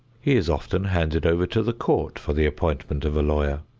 he is often handed over to the court for the appointment of a lawyer.